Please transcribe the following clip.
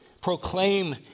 proclaim